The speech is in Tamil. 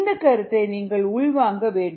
இந்தக் கருத்தை நீங்கள் உள்வாங்க வேண்டும்